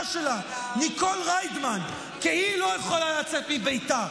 שלה ניקול ראידמן כי היא לא יכולה לצאת מביתה,